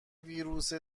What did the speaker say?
ویروس